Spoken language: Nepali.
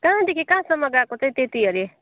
कहाँदेखि कहाँसम्म गएको चाहिँ त्यति अरे